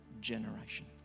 generation